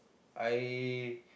I